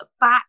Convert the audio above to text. back